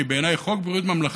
כי בעיניי חוק בריאות ממלכתי,